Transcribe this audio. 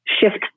shift